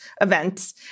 events